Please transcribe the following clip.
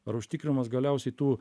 ar užtikrinamas galiausiai tų